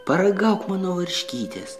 paragauk mano varškytės